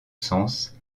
sens